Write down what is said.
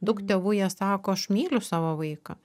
daug tėvų jie sako aš myliu savo vaiką